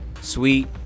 sweet